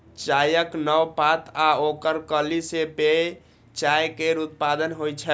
चायक नव पात आ ओकर कली सं पेय चाय केर उत्पादन होइ छै